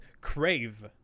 crave